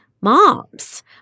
moms